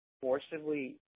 forcibly